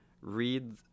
read